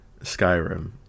skyrim